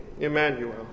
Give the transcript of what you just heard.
Emmanuel